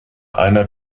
einer